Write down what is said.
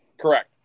Correct